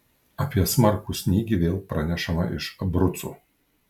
apie smarkų snygį vėl pranešama iš abrucų